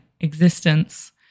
existence